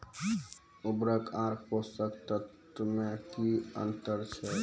उर्वरक आर पोसक तत्व मे की अन्तर छै?